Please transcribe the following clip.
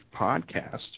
podcast